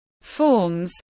forms